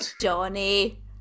johnny